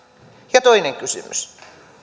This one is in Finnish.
ja toinen kysymys